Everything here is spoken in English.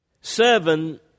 seven